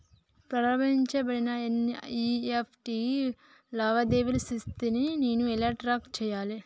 ప్రారంభించబడిన ఎన్.ఇ.ఎఫ్.టి లావాదేవీల స్థితిని నేను ఎలా ట్రాక్ చేయాలి?